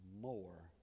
more